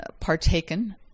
partaken